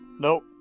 Nope